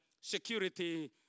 security